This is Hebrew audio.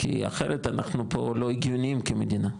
כי אחרת אנחנו פה לא הגיוניים כמדינה,